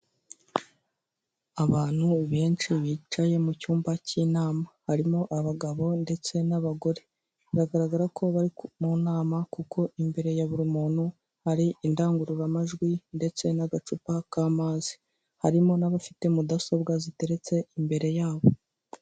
Abantu benshi bicaye mu cyumba cy'inama, harimo abagabo ndetse n'abagore biragaragara ko bari mu nama kuko imbere ya buri muntu hari indangururamajwi ndetse n'agacupa k'amazi, harimo n'abafite mudasobwa ziteretse imbere yabo.